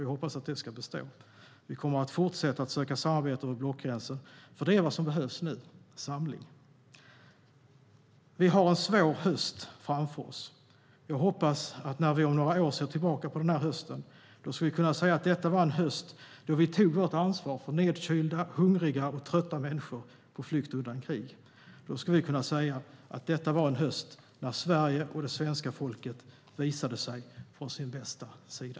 Jag hoppas att den ska bestå. Vi kommer att fortsätta söka samarbete över blockgränsen. Det är nämligen vad som behövs nu, samling. Vi har en svår höst framför oss. Jag hoppas att vi, när vi om några år ser tillbaka på den här hösten, ska kunna säga att det var en höst då vi tog vårt ansvar för nedkylda, hungriga och trötta människor på flykt undan krig. Vi ska kunna säga att det var en höst då Sverige och det svenska folket visade sig från sin bästa sida.